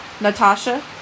Natasha